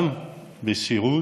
גם בסיעוד,